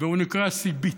והוא נקרא סיבית.